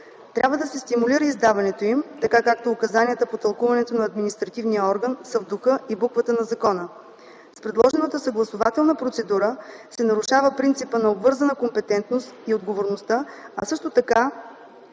Трябва да се стимулира издаването им, така както указанията по тълкуването на административния орган са в духа и буквата на закона. С предложената съгласувателна процедура се нарушава принципа на обвързана компетентност и отговорността, а също така